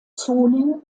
zone